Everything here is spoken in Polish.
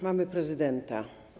Mamy prezydenta.